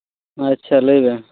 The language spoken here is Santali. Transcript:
ᱟᱪᱪᱷᱟ ᱞᱟᱹᱭᱵᱮᱱ